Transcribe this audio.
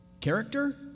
character